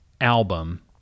album